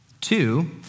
two